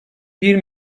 bir